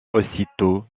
aussitôt